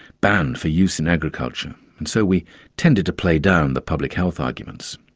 banned for use in agriculture, and so we tended to play down the public health arguments.